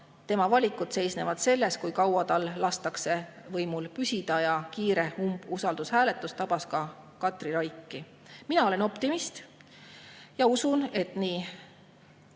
tema valikud seisnevad selles, kui kaua tal lastakse võimul püsida, ja kiire umbusaldushääletus tabas ka Katri Raiki. Mina olen optimist ja usun, et nii